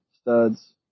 studs